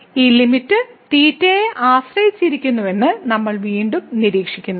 ഈ ലിമിറ്റ് തീറ്റയെ ആശ്രയിച്ചിരിക്കുന്നുവെന്ന് നമ്മൾ വീണ്ടും നിരീക്ഷിക്കുന്നു